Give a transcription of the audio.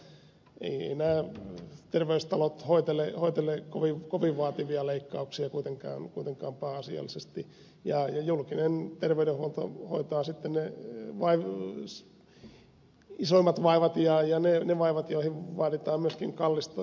eivät nämä terveystalot hoitele kovin vaativia leikkauksia kuitenkaan pääasiallisesti ja julkinen terveydenhuolto hoitaa sitten ne isoimmat vaivat ja ne vaivat joihin vaaditaan myöskin kalliita investointeja